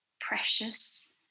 precious